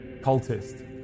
cultist